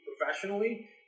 professionally